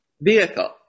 vehicle